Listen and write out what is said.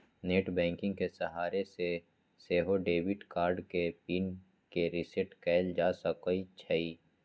net banking के सहारे से सेहो डेबिट कार्ड के पिन के रिसेट कएल जा सकै छइ